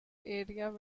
areas